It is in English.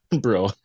bro